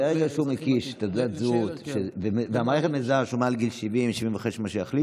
ברגע שהוא מקיש תעודת זהות והמערכת מזהה שהוא מעל גיל 70 או מה שיחליטו,